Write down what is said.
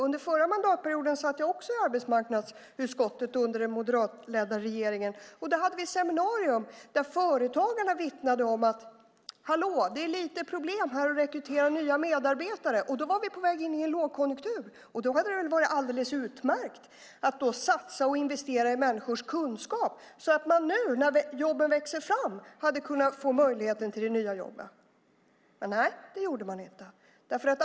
Under den förra mandatperioden satt jag också i arbetsmarknadsutskottet under den moderatledda regeringen. Då hade vi ett seminarium där företagarna vittnade om att det fanns lite problem med att rekrytera nya medarbetare, och då var vi på väg in i en lågkonjunktur. Då hade det varit alldeles utmärkt att satsa och investera i människors kunskap så att de nu, när jobben växer fram, hade kunnat få de nya jobben. Men, nej, det gjorde man inte.